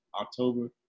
October